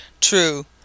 True